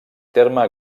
terme